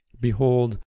Behold